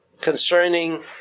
concerning